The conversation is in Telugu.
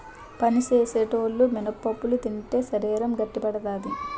పని సేసేటోలు మినపప్పులు తింటే శరీరం గట్టిపడతాది